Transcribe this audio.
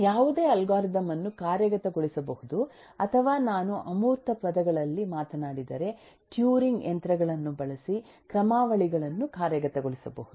ಯಾವುದೇ ಅಲ್ಗಾರಿದಮ್ ಅನ್ನು ಕಾರ್ಯಗತಗೊಳಿಸಬಹುದು ಅಥವಾ ನಾನು ಅಮೂರ್ತ ಪದಗಳಲ್ಲಿ ಮಾತನಾಡಿದರೆ ಟ್ಯೂರಿಂಗ್ ಯಂತ್ರಗಳನ್ನು ಬಳಸಿ ಕ್ರಮಾವಳಿಗಳನ್ನು ಕಾರ್ಯಗತಗೊಳಿಸಬಹುದು